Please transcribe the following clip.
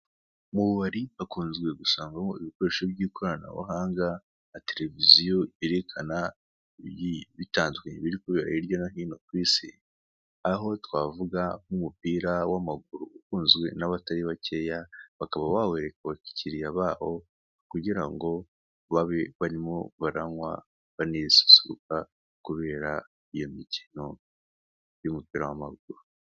Mu bubari bakunze gusangamo ibikoresho by'ikoranabuhanga nka televiziyo yerekana ibigiye bitandukanye biri kubera hirya no hino ku isi, aho twavuga nk'umupira wamaguru ukunzwe n'abatari bakeya bakaba bawereka abakiriya babo kugira ngo babe barimo baranywa banisusuruka kubera iyo mikino y'umupira w'amaguru.